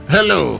Hello